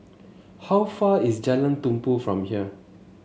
how far is Jalan Tumpu from here